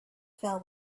fell